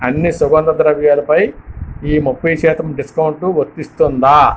అన్ని సుగంధ ద్రవ్యాలుపై ఈ ముప్ఫై శాతం డిస్కౌంట్ వర్తిస్తుందా